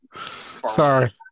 sorry